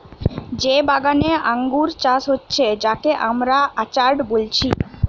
যে বাগানে আঙ্গুর চাষ হচ্ছে যাকে আমরা অর্চার্ড বলছি